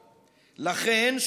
לכן,